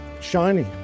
shiny